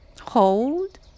hold